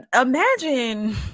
imagine